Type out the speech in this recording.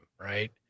right